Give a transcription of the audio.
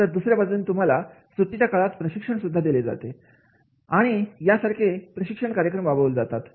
तर दुसऱ्या बाजूला तुम्हाला सुट्टीच्या काळात प्रशिक्षण देणे आणि यासारखे प्रशिक्षण कार्यक्रम राबवले जातात